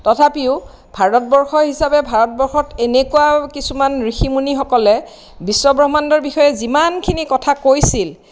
তথাপিও ভাৰতবৰ্ষ হিচাবে ভাৰতবৰ্ষত এনেকুৱা কিছুমান ঋষি মুনিসকলে বিশ্বব্ৰহ্মাণ্ডৰ বিষয়ে যিমানখিনি কথা কৈছিল